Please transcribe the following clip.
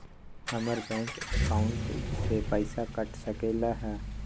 हमर bank account से पैसा कट सकलइ ह?